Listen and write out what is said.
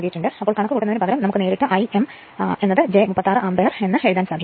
അതിനാൽ കണക്ക് കൂട്ടുന്നതിന്ന് പകരം നമുക്ക് നേരിട്ട് I m j 36 അംപീയെർ എന്ന് എഴുതാം